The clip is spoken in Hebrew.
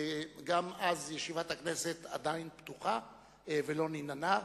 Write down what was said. גם אז ישיבת הכנסת עדיין פתוחה ולא ננעלה.